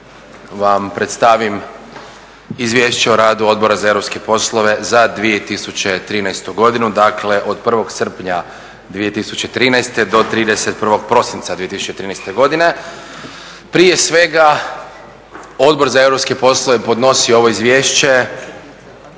vam predstavim Izvješće o radu Odbora za europske poslove za 2013. godinu. Dakle, od 1. srpnja 2013. do 31. prosinca 2013. godine. Prije svega Odbor za europske poslove podnosi ovo izvješće